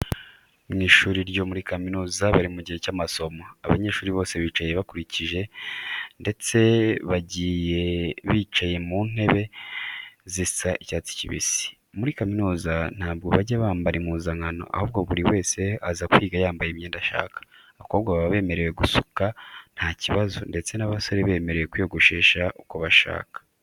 Mu ishuri ryo muri kaminuza bari mu gihe cy'amasomo. Abanyeshuri bose bicaye bakurikiye ndetse bagiye bicaye ku ntebe zisa icyatsi kibisi. Muri kaminuza ntabwo bajya bambara impuzankano, ahubwo buri wese aza kwiga yambaye imyenda ashaka. Abakobwa baba bemerewe gusuka nta kibazo ndetse n'abasore bemerewe kwiyogoshesha uko bashaka.